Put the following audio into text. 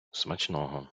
смачного